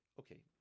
okay